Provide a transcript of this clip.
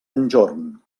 enjorn